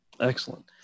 Excellent